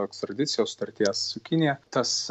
ekstradicijos sutarties su kinija tas